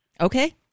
Okay